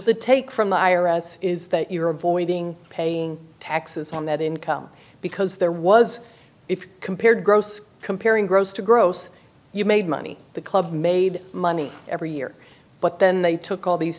the take from the i r s is that you're avoiding paying taxes on that income because there was if you compare gross comparing gross to gross you made money the club made money every year but then they took all these